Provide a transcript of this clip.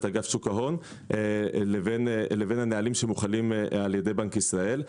אגף שוק ההון לבין הנהלים שמוחלים על ידי בנק ישראל.